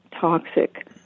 toxic